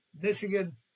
Michigan